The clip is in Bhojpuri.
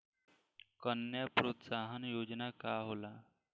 कन्या प्रोत्साहन योजना का होला?